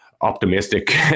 optimistic